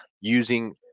using